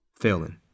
failing